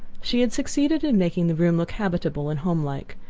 she had succeeded in making the room look habitable and homelike.